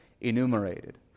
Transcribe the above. enumerated